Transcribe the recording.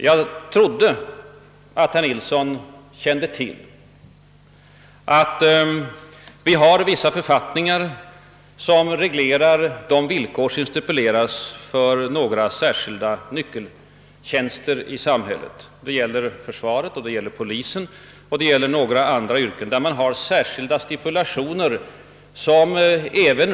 Jag trodde att herr Nilsson kände till att vi har författningar som reglerar anställningsvillkoren för några särskilt viktiga nyckeltjänster i samhället — det gäller försvaret, polisen och några andra områden.